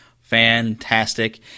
fantastic